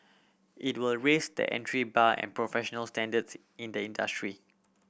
it will raise the entry bar and professional standards in the industry